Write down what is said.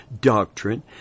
doctrine